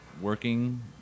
working